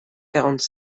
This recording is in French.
quarante